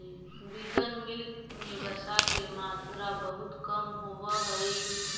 vegan milk में वसा के मात्रा बहुत कम होवऽ हइ